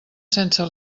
sense